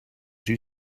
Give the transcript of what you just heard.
you